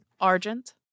Argent